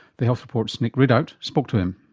the health report's nick ridout spoke to him.